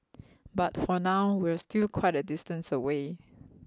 but for now we're still quite a distance away